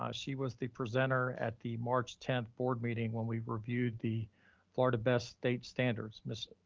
ah she was the presenter at the march tenth board meeting when we've reviewed the florida best state standards. ms.